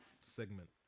segment